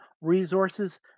Resources